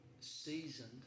seasoned